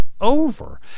over